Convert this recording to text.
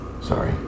Sorry